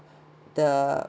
the